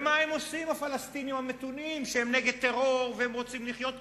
ומה עושים הפלסטינים המתונים שהם נגד טרור והם רוצים לחיות כמוך?